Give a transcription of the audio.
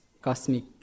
cosmic